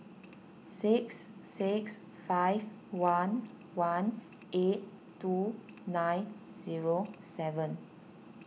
six six five one one eight two nine zero seven